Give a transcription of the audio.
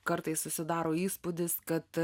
kartais susidaro įspūdis kad